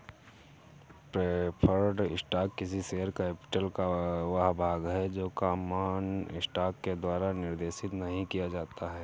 preferred stock किसी share capital का वह भाग है जो कॉमन स्टॉक के द्वारा निर्देशित नहीं किया जाता है